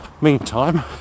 meantime